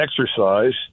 exercise